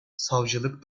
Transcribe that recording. savcılık